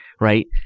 right